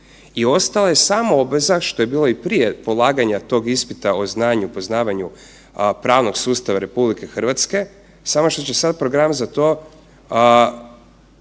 I ostala je samo obveza, što je bilo i prije polaganja tog ispita o znanju i poznavanju pravnog sustava RH, samo što će sad program za to osmisliti